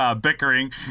bickering